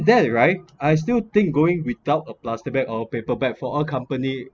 that's right I still think going without a plastic bag or paper bag for all company